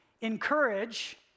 encourage